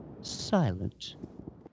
silent